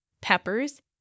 peppers